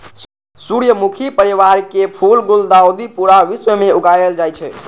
सूर्यमुखी परिवारक फूल गुलदाउदी पूरा विश्व मे उगायल जाए छै